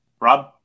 Rob